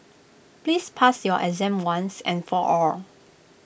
please pass your exam once and for all